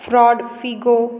fraud Figo